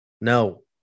no